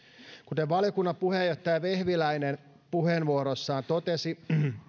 kuten valiokunnan puheenjohtaja vehviläinen puheenvuorossaan totesi